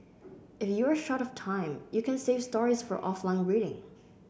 if you are short of time you can save stories for offline reading